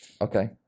Okay